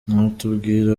mwatubwira